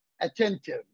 attentive